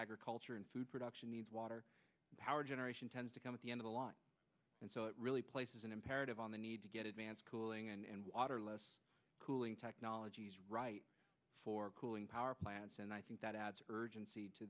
agriculture and food production needs water power generation tends to come at the end of the line and so it really places an imperative on the need to get advanced cooling and water less cooling technologies right for cooling power plants and i think that adds urgency to